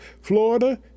Florida